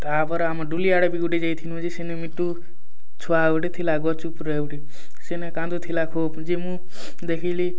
ତାପରେ ଆମ ଡୁଲି ଆଡ଼େ ବି ଗୋଟେ ଯାଇଥିଲୁ ସେନ ଯେ ମିଟୁ ଛୁଆ ଗୋଟେ ଥିଲା ଗଛ ଉପରେ ଗୋଟେ ସେ ନ କାନ୍ଦୁ ଥିଲା ଫୋ ଯେ ମୁଁ ଦେଖିଲି